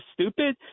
stupid